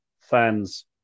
fans